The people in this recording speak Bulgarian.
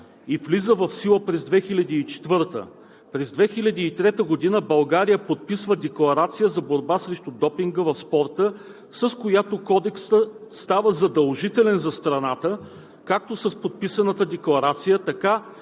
и влиза в сила през 2004 г. През 2003 г. България подписва Декларация за борба срещу допинга в спорта, с която Кодексът става задължителен за страната както с подписаната декларация, така